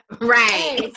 right